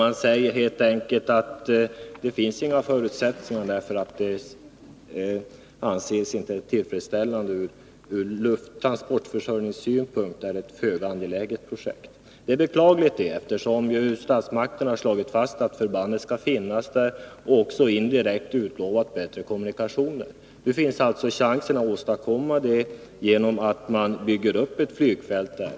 Man säger helt enkelt att det inte finns några förutsättningar, därför att det anses från trafikförsörjningssynpunkt vara ett föga angeläget projekt. Det är beklagligt, eftersom ju statsmakterna har slagit fast att förbandet skall finnas där och också indirekt utlovat bättre kommunikationer. Nu finns alltså chansen att åstadkomma detta genom att bygga upp flygfält där.